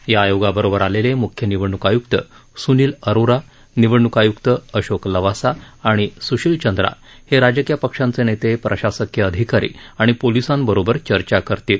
या आयोगाबरोबर आलेले मुख्य निवडणूक आयुक्त सुनील अरोरा निवडणूक आयुक्त अशोक लवासा आणि सुशील चंद्रा हे राजकीयपक्षांचे नेते प्रशासकीय अधिकारी आणि पोलिसांसोबत चर्चा करतील